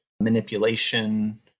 manipulation